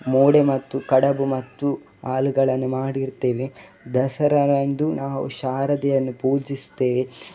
ಮೂಡೆ ಮತ್ತು ಕಡುಬು ಮತ್ತು ಹಾಲುಗಳನ್ನು ಮಾಡಿ ಇಡ್ತೇವೆ ದಸರಾದಂದು ನಾವು ಶಾರದೆಯನ್ನು ಪೂಜಿಸ್ತೇವೆ